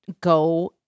go